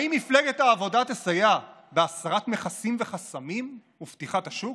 האם מפלגת העבודה תסייע בהסרת מכסים וחסמים ופתיחת השוק?